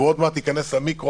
והוא עוד מעט ייכנס למיקרו,